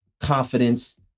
confidence